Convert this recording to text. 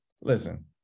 Listen